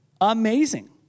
Amazing